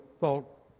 thought